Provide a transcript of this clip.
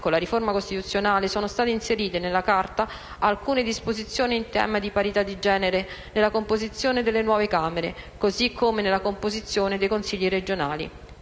con la riforma costituzionale sono state inserite nella Carta alcune disposizioni in tema di parità di genere nella composizione delle nuove Camere, così come nella composizione dei Consigli regionali.